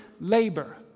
labor